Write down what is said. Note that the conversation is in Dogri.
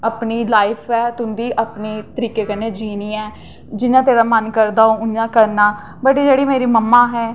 कि अपनी लाइफ ऐ अपने तरीके ने जीनी ऐ जि'यां तेरा मन करदा उ'आं करना